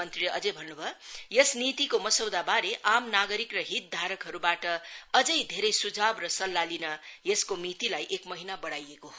मंत्रीले अझै भन्न्भयो यस नीतिको मसौदाबारे आम नागरिक र हितधारकहरूबाट अझै धेरै सुझाव र सल्लाह लिन यसको मितिलाई एक महिना बढ़ाइएको हो